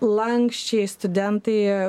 lanksčiai studentai